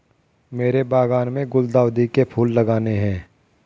मेरे बागान में गुलदाउदी के फूल लगाने हैं